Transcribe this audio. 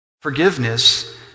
Forgiveness